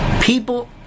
People